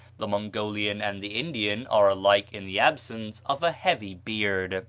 the mongolian and the indian are alike in the absence of a heavy beard.